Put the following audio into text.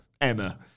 Emma